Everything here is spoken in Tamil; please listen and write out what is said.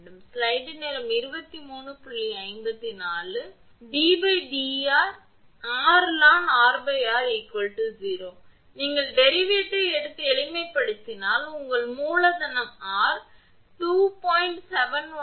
எனவே இது நடக்கும்போது 𝑑 𝑅 𝑑𝑟 𝑟 ln 𝑟 0 நீங்கள் டெரிவேட்டை எடுத்து எளிமைப்படுத்தினால் உங்களுக்கு மூலதனம் ஆர் 2